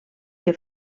que